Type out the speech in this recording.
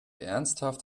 ernsthaft